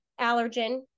allergen